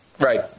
Right